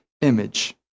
image